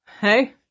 Hey